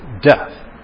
death